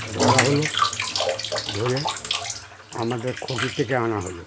ধরা হলো ধরে আমাদের খুঁটি থেকে আনা হলো